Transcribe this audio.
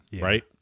Right